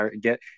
Get